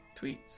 tweets